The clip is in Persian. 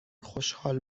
خوشحال